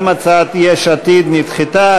גם הצעת יש עתיד נדחתה.